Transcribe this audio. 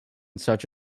such